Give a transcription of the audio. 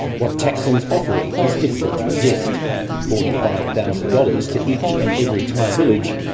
what thaksin's offering is difficult to resist forty five thousand dollars to each and every thai village,